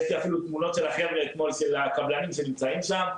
יש לי אפילו תמונות של הקבלנים שנמצאים שם,